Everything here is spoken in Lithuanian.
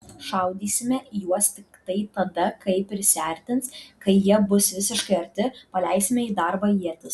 šaudysime į juos tiktai tada kai prisiartins kai jie bus visiškai arti paleisime į darbą ietis